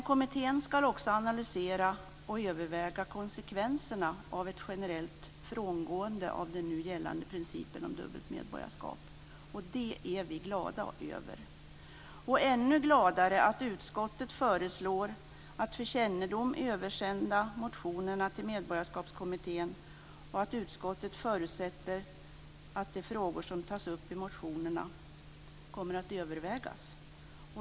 Kommittén skall också analysera och överväga konsekvenserna av ett generellt frångående av den nu gällande principen om dubbelt medborgarskap. Det är vi glada för. Ännu gladare är vi över att utskottet föreslår att översända motionerna till Medborgarskapskommittén för kännedom. Utskottet förutsätter att de frågor som tas upp i motionerna kommer att övervägas.